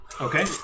Okay